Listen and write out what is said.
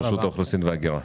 רשות האוכלוסין וההגירה.